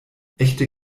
echte